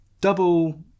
Double